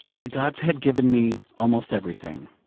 the gods had given me almost everything.